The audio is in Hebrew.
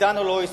אתנו לא ישחקו.